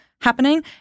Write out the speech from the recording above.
happening